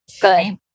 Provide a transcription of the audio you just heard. Good